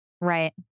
Right